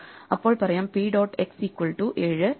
അപ്പോൾ പറയാം P dot x equal to 7 എന്ന്